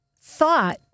thought